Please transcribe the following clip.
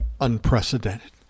unprecedented